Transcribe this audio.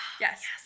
yes